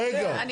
רגע.